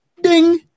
ding